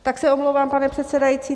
Tak se omlouvám, pane předsedající.